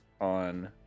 on